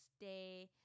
Day